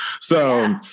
So-